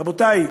רבותי,